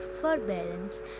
forbearance